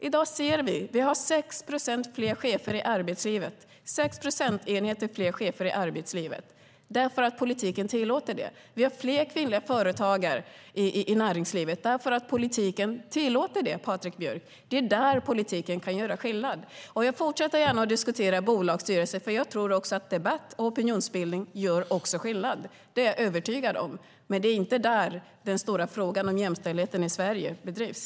I dag har vi 6 procentenheter fler chefer i arbetslivet därför att politiken tillåter det. Vi har fler kvinnliga företagare i näringslivet därför att politiken tillåter det, Patrik Björck. Det är där politiken kan göra skillnad. Jag fortsätter gärna att diskutera bolagsstyrelser, för jag tror också att debatt och opinionsbildning gör skillnad. Det är jag övertygad om, men det är inte där den stora frågan om jämställdheten i Sverige bedrivs.